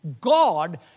God